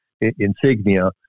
insignia